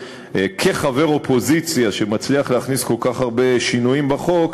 כחבר אופוזיציה שמצליח להכניס כל כך הרבה שינויים בחוק,